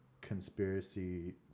conspiracy